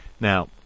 Now